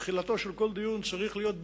תחילתו של כל דיון צריכה להיות בדיוק.